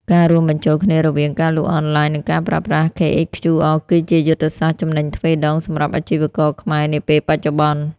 ការរួមបញ្ចូលគ្នារវាង ការលក់អនឡាញ និងការប្រើប្រាស់ KHQR គឺជាយុទ្ធសាស្ត្រ "ចំណេញទ្វេដង" សម្រាប់អាជីវករខ្មែរនាពេលបច្ចុប្បន្ន។